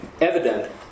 evident